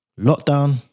lockdown